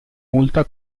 molta